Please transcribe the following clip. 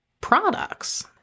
products